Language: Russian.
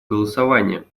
голосования